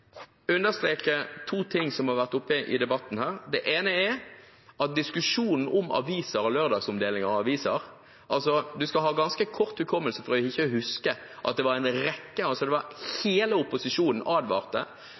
understreke to ting som har vært oppe i debatten. Det ene gjelder diskusjonen om lørdagsomdeling av aviser. Man skal ha ganske kort hukommelse for ikke å huske at